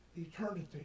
Eternity